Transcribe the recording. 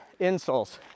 insoles